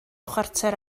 chwarter